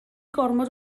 gormod